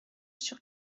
sur